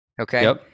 Okay